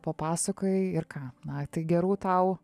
papasakojai ir ką na tai gerų tau